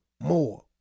more